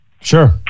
Sure